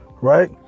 right